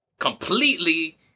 completely